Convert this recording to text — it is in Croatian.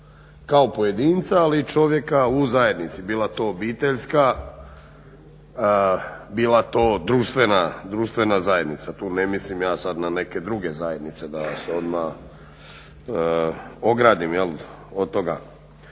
kao pojedinca ali i čovjeka u zajednici. Bila to obiteljska, bila to društvena zajednica. Tu ne mislim ja sad na neke druge zajednice da se odmah ogradim jel' od toga.